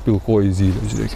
pilkoji zylė žiūrėkit